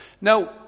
Now